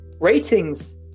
ratings